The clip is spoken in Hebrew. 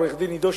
עורך-הדין עידו,